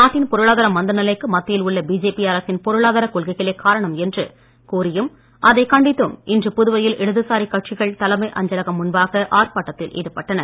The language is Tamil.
நாட்டின் பொருளாதார மந்தநிலைக்கு மத்தியில் உள்ள பிஜேபி அரசின் பொருளாதார கொள்கைகளே காரணம் என்று கூறியும் அதை கண்டித்தும் இன்று புதுவையில் இடது சாரி கட்சிகள் தலைமை அஞ்சலகம் முன்பாக ஆர்ப்பாட்டத்தில் ஈடுபட்டனர்